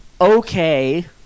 okay